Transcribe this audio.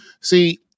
See